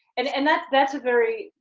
and and that's that's a very,